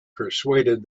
persuaded